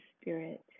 spirit